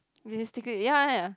realistically ya ya ya